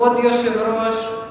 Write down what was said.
כבוד היושב-ראש,